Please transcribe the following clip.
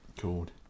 called